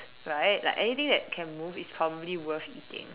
right like anything that can move is probably worth eating